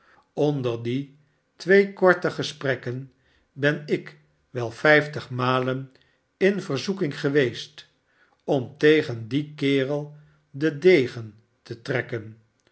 onder die twee korte gesprekken ben ik wel vijftig malen in verzoeking geweest om tegen dien kerel den degen te trekken